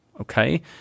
okay